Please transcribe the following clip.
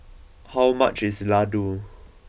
how much is Ladoo